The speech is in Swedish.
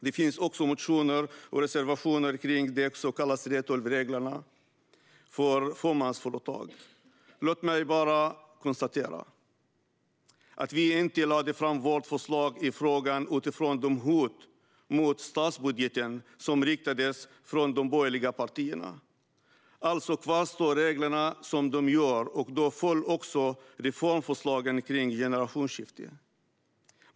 Det finns också motioner och reservationer kring de så kallade 3:12-reglerna för fåmansföretag. Låt mig bara konstatera att vi inte lade fram vårt förslag i frågan utifrån de hot mot statsbudgeten som riktades från de borgerliga partierna. Alltså kvarstår reglerna som de gör, och då föll också reformförslagen kring generationsskifte.